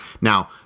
Now